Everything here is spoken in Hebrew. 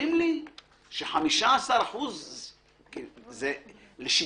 שאומרים לי ש-15% לא משלמים.